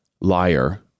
liar